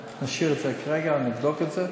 נשאיר את זה כרגע, אבדוק את זה.